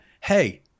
Hey